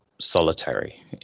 solitary